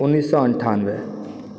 उन्नैस सए अन्ठानबे